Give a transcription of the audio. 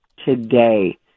Today